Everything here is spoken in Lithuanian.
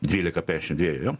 dvylika peašim dviejų jo